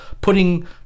putting